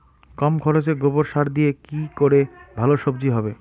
কম খরচে গোবর সার দিয়ে কি করে ভালো সবজি হবে?